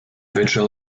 vigil